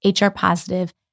HR-positive